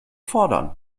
fordern